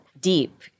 deep